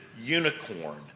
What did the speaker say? unicorn